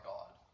God